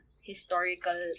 historical